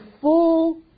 full